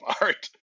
art